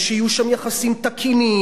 ושיהיו שם יחסים תקינים,